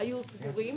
היו סגורים.